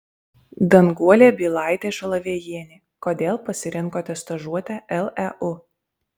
danguolė bylaitė šalavėjienė kodėl pasirinkote stažuotę leu